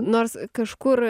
nors kažkur